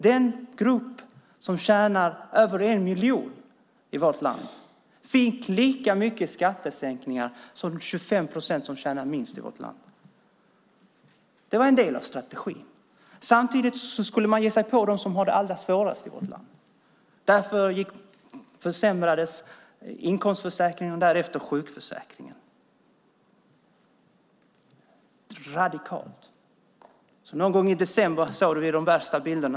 Den grupp som tjänar över en miljon i vårt land fick lika mycket skattesänkningar som de 25 procent som tjänar minst i vårt land. Det var en del av strategin. Samtidigt skulle man ge sig på dem som har det allra svårast i vårt land. Därför försämrades inkomstförsäkringen och därefter sjukförsäkringen - radikalt. Någon gång i december såg vi de värsta bilderna.